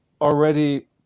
already